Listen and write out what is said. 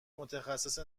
متخصص